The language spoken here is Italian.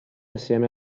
assieme